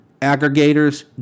aggregators